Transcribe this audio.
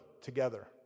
together